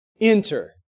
enter